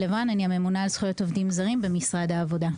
זכויות עובדים זרים במשרד העבודה.